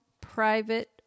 private